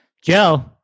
Joe